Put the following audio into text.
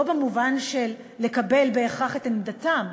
לא במובן של לקבל בהכרח את עמדתן,